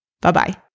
Bye-bye